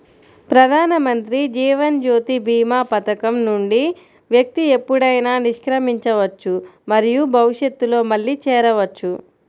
ప్రధానమంత్రి జీవన్ జ్యోతి భీమా పథకం నుండి వ్యక్తి ఎప్పుడైనా నిష్క్రమించవచ్చు మరియు భవిష్యత్తులో మళ్లీ చేరవచ్చు